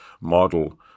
model